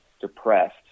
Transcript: depressed